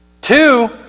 Two